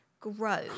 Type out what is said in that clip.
grow